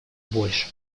больше